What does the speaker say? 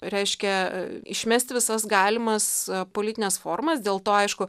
reiškia išmesti visas galimas politines formas dėl to aišku